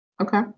Okay